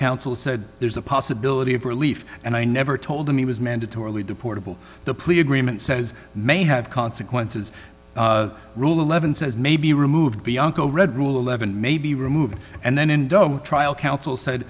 counsel said there's a possibility of relief and i never told him he was mandatorily deportable the plea agreement says may have consequences rule eleven says may be removed bianco read rule eleven may be removed and then indo trial counsel said